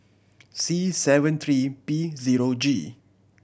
C seven three P zero G